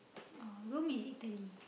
oh Rome is Italy